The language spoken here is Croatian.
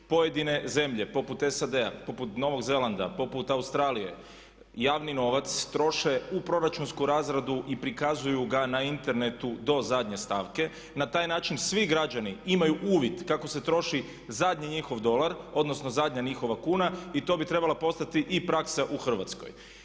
Pojedine zemlje poput SAD-a, poput Novog Zelanda, poput Australije, javni novac troše u proračunsku razradu i prikazuju ga na internetu do zadnje stavke i na taj način svi građani imaju uvid kako se troši zadnji njihov dolar, odnosno zadnja njihova kuna i to bi trebala postati i praska u Hrvatskoj.